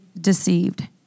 deceived